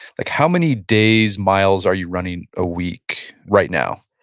like how many days, miles are you running a week right now?